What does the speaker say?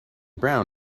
brown